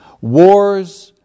Wars